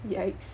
yikes